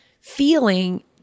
feeling